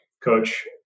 coach